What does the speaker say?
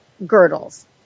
girdles